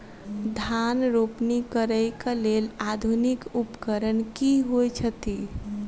धान रोपनी करै कऽ लेल आधुनिक उपकरण की होइ छथि?